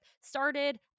started